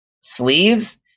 sleeves